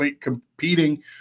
competing